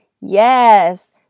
Yes